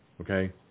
Okay